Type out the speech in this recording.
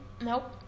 Nope